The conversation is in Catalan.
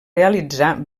realitzar